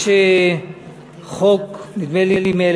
יש חוק, נדמה לי מ-1949,